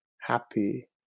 happy